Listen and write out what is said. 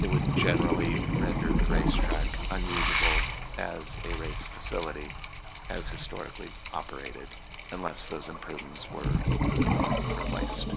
it would generally render the racetrack unusable as a race facility as historically operated unless those improvements were replaced